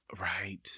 Right